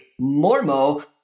Mormo